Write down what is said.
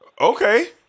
Okay